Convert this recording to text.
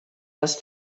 les